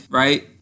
right